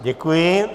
Děkuji.